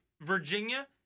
virginia